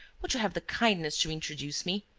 would you have the kindness to introduce me?